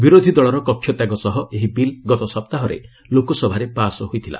ବିରୋଧି ଦଳର କକ୍ଷତ୍ୟାଗ ସହ ଏହି ବିଲ୍ ଗତ ସପ୍ତାହରେ ଲୋକସଭାରେ ପାଶ୍ ହୋଇଯାଇଛି